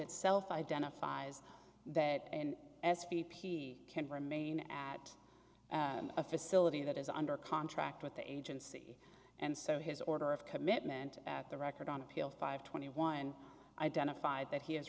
itself identifies that s p p can remain at a facility that is under contract with the agency and so his order of commitment the record on appeal five twenty one identified that he is